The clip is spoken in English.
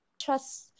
trust